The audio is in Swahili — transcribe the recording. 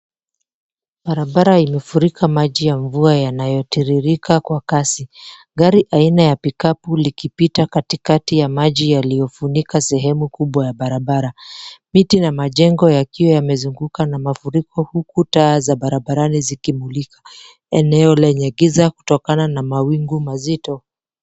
Barabara iliyofurika maji ya mvua yanayotiririka Kwa kasi. Gari aina ya pikapu likipita katikati ya maji yaliyofunika sehemu Kubwa ya barabara. Miti na majengo yakiwa yamezungukwa na mafuriko huku taa za barabarani zikimulika eneo lenye giza kutokana na mawingu mazito.